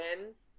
wins